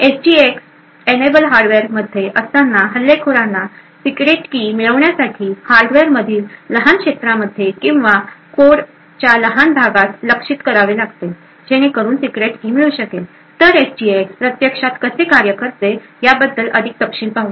SGX enable हार्डवेअरमध्ये असताना हल्लेखोरांना सिक्रेट की मिळवण्यासाठी हार्डवेअरमधील लहान क्षेत्रांमध्ये किंवा कोडच्या लहान भागास लक्ष्यित करावे लागेल जेणेकरून सिक्रेट की मिळू शकेल तर एसजीएक्स प्रत्यक्षात कसे कार्य करते याबद्दल अधिक तपशील पाहूया